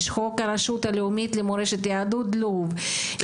יש חוק הרשות הלאומית למורשת יהדות לוב,